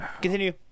Continue